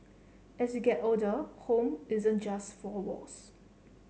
as you get older home isn't just four walls